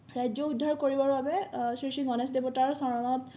ৰাজ্য উদ্ধাৰ কৰিবৰ বাবে শ্ৰী শ্ৰী গণেশ দেৱতাৰ চৰণত